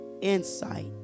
insight